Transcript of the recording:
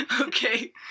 Okay